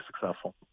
successful